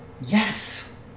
Yes